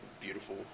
beautiful